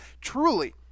truly